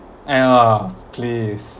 {ah] please